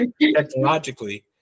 technologically